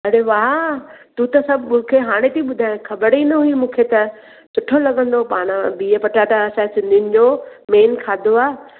अरे वाह तूं त सभु मूंखे हाणे थी ॿुधाए ख़बर ई न हुई मूंखे त सुठो लॻंदो पाण बिहु पटाटा असां सिंधियुनि जो मेन खाधो आहे